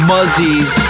Muzzies